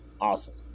awesome